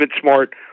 Smart